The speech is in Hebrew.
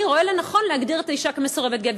רואה לנכון להגדיר את האישה כמסורבת גט.